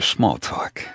Smalltalk